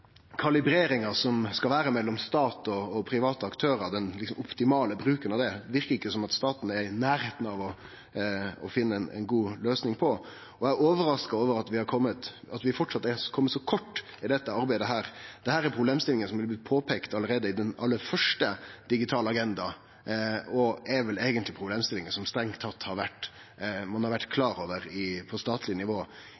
private aktørar, altså den optimale bruken av dette, verkar det ikkje som om staten er i nærleiken av å finne ei god løysing på, og eg er overraska over at vi fortsatt har kome så kort i dette arbeidet. Dette er problemstillingar som det blei peikt på allereie i den første digitale agendaen, og er vel eigentleg problemstillingar ein har vore klar over på statleg nivå i tiår. Så det å få ein